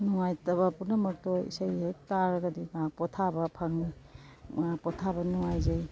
ꯅꯨꯡꯉꯥꯏꯇꯕ ꯄꯨꯝꯅꯃꯛꯇꯣ ꯏꯁꯩ ꯍꯦꯛ ꯇꯥꯔꯒꯗꯤ ꯉꯥꯏꯍꯥꯛ ꯄꯣꯊꯥꯕ ꯐꯪꯏ ꯉꯥꯏꯍꯥꯛ ꯄꯣꯊꯥꯕ ꯅꯨꯡꯉꯥꯏꯖꯩ